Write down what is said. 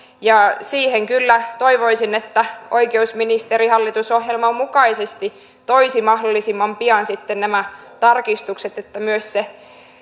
siihen kyllä toivoisin että oikeusministeri hallitusohjelman mukaisesti toisi mahdollisimman pian nämä tarkistukset niin että myös